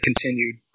continued